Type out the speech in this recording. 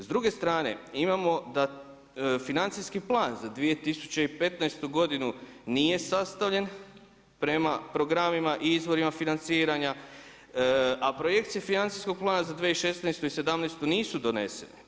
S druge strane imamo financijski plan za 2015. godinu nije sastavljen prema programima i izvorima financiranja, a projekcije financijskog plana za 2016. i sedamnaestu nisu donesene.